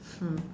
hmm